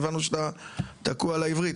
הבנו שאתה תקעו על העברית,